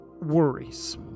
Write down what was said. worries